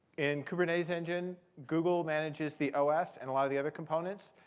in kubernetes engine, google manages the os and a lot of the other components.